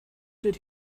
did